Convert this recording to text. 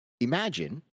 Imagine